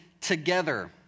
together